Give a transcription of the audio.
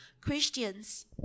Christians